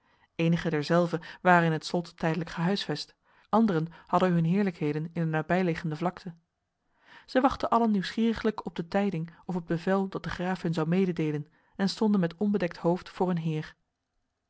enigen derzelve waren in het slot tijdelijk gehuisvest anderen hadden hun heerlijkheden in de nabijliggende vlakte zij wachtten allen nieuwsgieriglijk op de tijding of het bevel dat de graaf hun zou mededelen en stonden met ontdekt hoofd voor hun heer